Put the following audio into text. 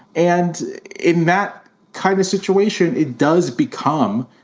and in that kind of situation, it does become,